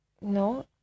No